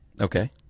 Okay